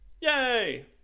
Yay